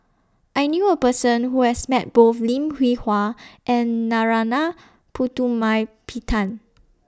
I knew A Person Who has Met Both Lim Hwee Hua and Narana Putumaippittan